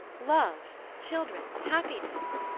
love, children, happiness